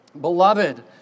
Beloved